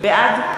בעד